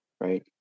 right